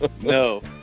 no